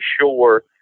sure